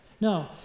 No